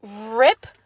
rip